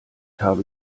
habe